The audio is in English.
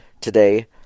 today